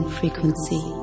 frequency